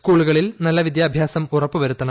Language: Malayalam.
സ്കൂളുകളിൽ നല്ല വിദ്യാഭ്യാസം ഉറപ്പ് വരുത്തണം